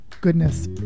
goodness